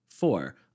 Four